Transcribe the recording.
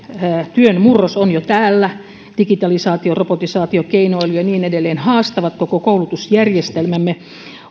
työn murros on jo täällä digitalisaatio robotisaatio keinoäly ja niin edelleen haastavat koko koulutusjärjestelmämme